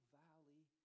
valley